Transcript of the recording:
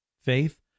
faith